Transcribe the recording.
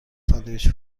ساندویچ